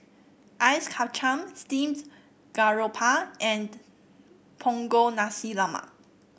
Ice Kachang Steamed Garoupa and Punggol Nasi Lemak